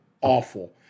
awful